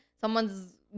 someone's